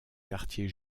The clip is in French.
quartier